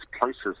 places